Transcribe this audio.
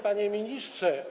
Panie Ministrze!